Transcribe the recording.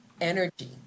energy